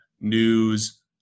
news